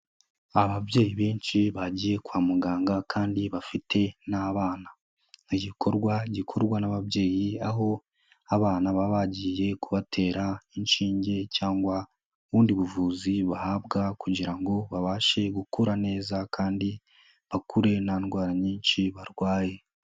Ababyeyi benshi bagiye kwa muganga kandi bafite n'abana, ni igikorwa gikorwa n'ababyeyi aho abana baba bagiye kubatera inshinge cyangwa ubundi buvuzi bahabwa kugira ngo babashe gukura neza kandi bakure nta indwara nyinshi barwaye.